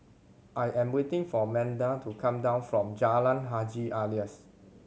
I am waiting for Manda to come down from Jalan Haji Alias